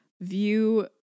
view